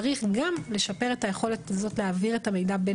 צריך גם לשפר את היכולת הזאת להעביר את המידע בין